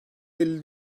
elli